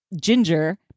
ginger